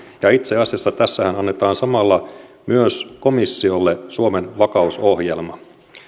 ja itse asiassa tässähän annetaan samalla myös komissiolle suomen vakausohjelma